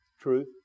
Truth